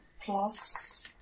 plus